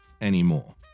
anymore